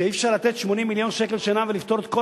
שאי-אפשר לתת 80 מיליון לשנה ולפטור את כל